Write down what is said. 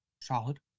Solid